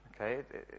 Okay